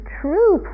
true